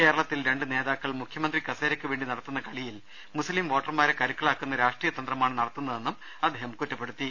കേരളത്തിൽ രണ്ട് നേതാക്കൾ മുഖ്യമന്ത്രി കസേരക്കുവേണ്ടി നടത്തുന്ന കളിയിൽ മുസ്ലിം വോട്ടർമാരെ കരുക്കളാക്കുന്ന രാഷ്ട്രീയ തന്ത്രമാണ് നടത്തുന്നതെന്നും അദ്ദേഹം ആരോപിച്ചു